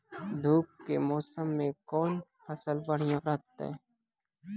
धूप के मौसम मे कौन फसल बढ़िया रहतै हैं?